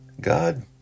God